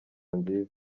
nziza